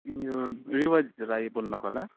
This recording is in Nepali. यो रिवाज राई बोल्नु भएको होला